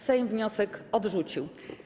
Sejm wniosek odrzucił.